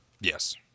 Yes